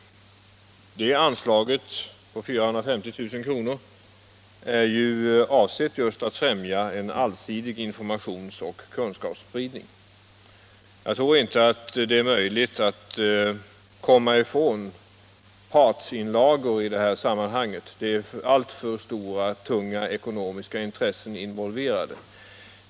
Det anslaget, på 450 000 kr., är ju avsett just att främja en allsidig informationsoch kunskapsspridning. Jag tror inte att det är möjligt att komma ifrån partsinlagor i sammanhanget — det är alltför stora och tunga ekonomiska intressen involverade.